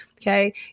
okay